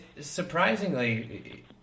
surprisingly